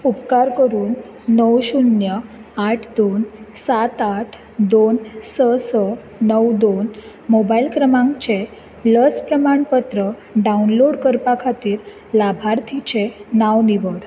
उपकार करून णव शुन्य आठ दोन सात आठ दोन स स णव दोन मोबायल क्रमांकचें लस प्रमाण पत्र डावनलोड करपा खातीर लाभार्थीचें नांव निवड